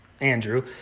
Andrew